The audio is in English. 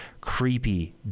creepy